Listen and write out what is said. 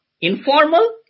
informal